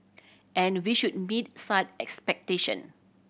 and we should meet such expectation